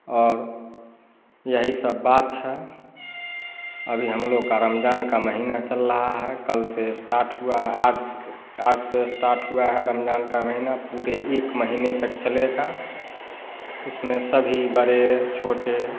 और यही सब बात है अभी हम लोग का रमज़ान का महीना चल रहा है कल से स्टार्ट हुआ है आज से स्टार्ट हुआ है रमज़ान का महीना पूरे एक महीने तक चलेगा उसमें सभी बड़े छोटे